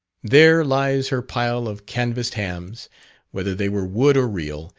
there lies her pile of canvassed hams whether they were wood or real,